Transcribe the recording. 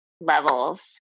levels